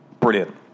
Brilliant